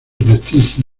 prestigio